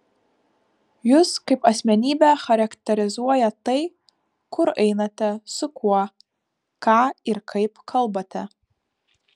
jus kaip asmenybę charakterizuoja tai kur einate su kuo ką ir kaip kalbate